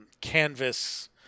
canvas